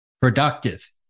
productive